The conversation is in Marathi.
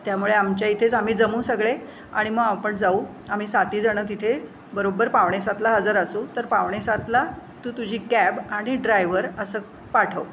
त्यामुळे आमच्या इथेच आम्ही जमू सगळे आणि मग आपण जाऊ आम्ही सातहीजणं तिथे बरोबर पावणेसातला हजर असू तर पावणेसातला तू तुझी कॅब आणि ड्रायव्हर असं पाठव